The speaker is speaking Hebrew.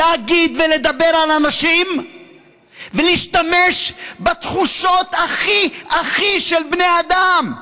להגיד ולדבר על אנשים ולהשתמש בתחושות הכי הכי של בני אדם.